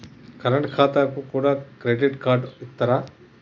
Current ఖాతాకు కూడా credit card ఇత్తరా?